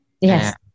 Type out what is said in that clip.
Yes